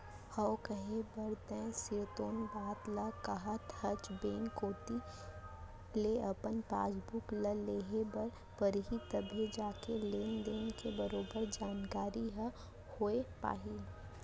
हव कहे बर तैं सिरतोन बात ल काहत हस बेंक कोती ले अपन पासबुक ल लेहे बर परही तभे जाके लेन देन के बरोबर जानकारी ह होय पाही